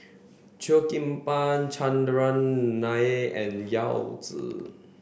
Cheo Kim Ban Chandran Nair and Yao Zi